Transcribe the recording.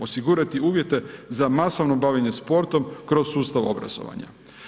Osigurati uvjete za masovno bavljenje sportom kroz sustav obrazovanja.